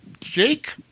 Jake